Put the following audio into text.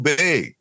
big